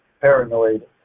paranoid